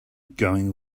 going